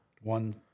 One